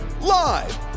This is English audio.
live